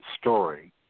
story